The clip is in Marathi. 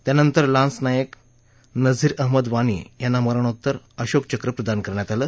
त्यानंतर लान्स नायक नझीर अहमद वानी यांना मरणोपरांत अशोक चक्र प्रदान करण्यात आलं